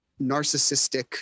narcissistic